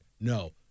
no